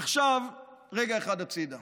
עכשיו, רגע אחד הצידה,